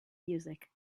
music